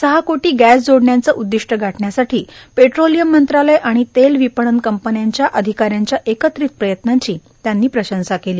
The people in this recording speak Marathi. सहा कोटी गॅस जोडण्याचं उद्दिष्ट गाठण्यासाठी पेट्रोलियम मंत्रालय आणि तेल विपणन कंपन्यांच्या अधिकाऱ्यांच्या एकत्रित प्रयत्नांची त्यांनी प्रशंसा केली